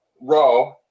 raw